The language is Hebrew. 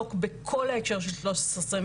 לעסוק בכל ההקשר של 1325,